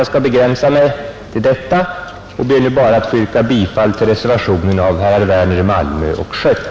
Jag skall begränsa mig till detta och ber nu bara att få yrka bifall till reservationen av herrar Werner i Malmö och Schött.